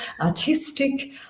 artistic